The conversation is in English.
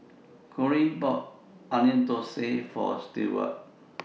Corene bought Onion Thosai For Stewart